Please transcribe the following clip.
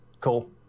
cool